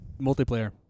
multiplayer